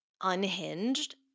unhinged